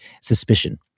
suspicion